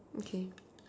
okay